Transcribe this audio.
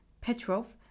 Petrov